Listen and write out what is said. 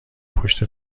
پشت